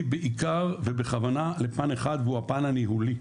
בעיקר ובכוונה לפן אחד והוא הפן הניהולי,